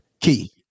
Key